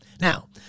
Now